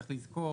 צריך לזכור,